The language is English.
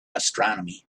astronomy